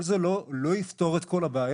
כל זה לא יפתור את כל הבעיה,